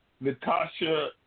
Natasha